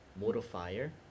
modifier